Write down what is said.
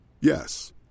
Yes